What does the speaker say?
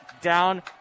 down